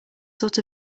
sort